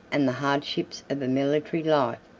and the hardships of a military life,